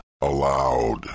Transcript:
allowed